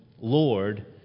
Lord